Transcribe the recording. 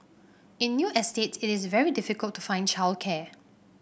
in new estates it is very difficult to find childcare